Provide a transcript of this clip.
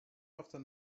after